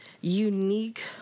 unique